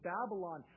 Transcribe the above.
Babylon